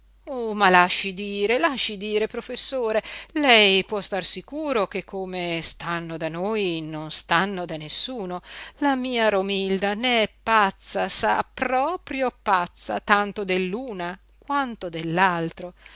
che ma lasci dire lasci dire professore lei può star sicuro che come stanno da noi non stanno da nessuno la mia romilda ne è pazza sa proprio pazza tanto dell'una quanto